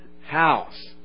house